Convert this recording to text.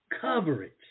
Coverage